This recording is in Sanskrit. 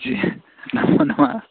जि नमो नमः